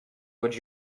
would